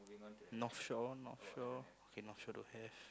North Shore North Shore k North Shore don't have